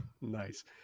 Nice